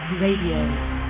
Radio